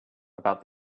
about